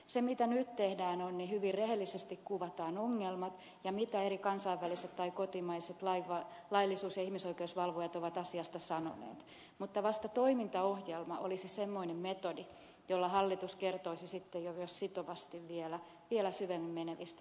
se mitä nyt tehdään on se että hyvin rehellisesti kuvataan ongelmat ja se mitä eri kansainväliset tai kotimaiset laillisuus ja ihmisoikeusvalvojat ovat asiasta sanoneet mutta vasta toimintaohjelma olisi semmoinen metodi jolla hallitus kertoisi sitten jo myös sitovasti vielä syvemmälle menevistä tekijöistä